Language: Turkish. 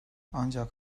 ancak